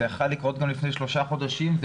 זה יכול היה לקרות גם לפני שלושה חודשים?